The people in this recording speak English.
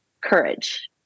courage